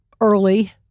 early